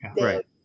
right